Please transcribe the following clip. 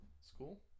School